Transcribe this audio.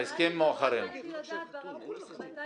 מתי